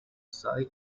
psi